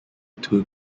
two